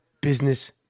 Business